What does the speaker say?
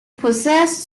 possessed